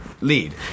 lead